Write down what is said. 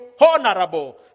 honorable